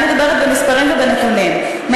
אני מדברת במספרים ובנתונים,